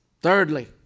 Thirdly